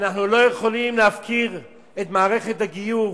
אנחנו לא יכולים להפקיר את מערכת הגיור.